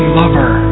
lover